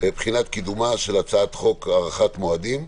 בחינת קידומה של הצעת חוק הארכת מועדים.